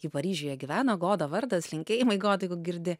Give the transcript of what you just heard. ji paryžiuje gyveno goda vardas linkėjimai goda jeigu girdi